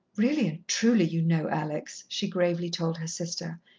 really and truly, you know, alex, she gravely told her sister,